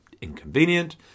inconvenient